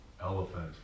elephant